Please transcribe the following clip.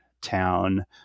town